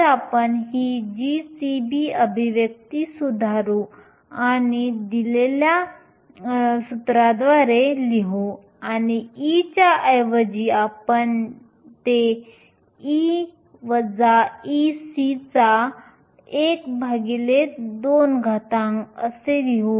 तर आपण ही gCB अभिव्यक्ती सुधारू आणि 8π2 me32h3 असे लिहू आणि E च्या ऐवजी आपण ते 12 असे लिहू